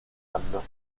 anno